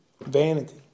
Vanity